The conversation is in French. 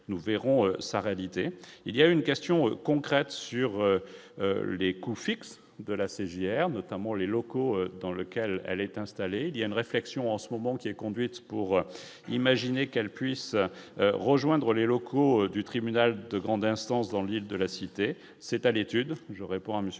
nous verrons sa réalité, il y a une question concrète sur les coûts fixes de la CJR notamment les locaux dans lequel elle est installée il y a une réflexion en ce moment qui est conduite pour imaginer qu'elle puisse rejoindre les locaux du tribunal de grande instance dans l'île de la cité, c'est à l'étude, je réponds à